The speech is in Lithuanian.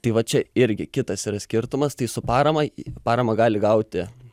tai va čia irgi kitas yra skirtumas tai su parama paramą gali gauti